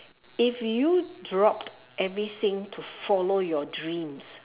if you dropped everything to follow your dreams